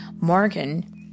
Morgan